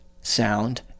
sound